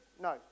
No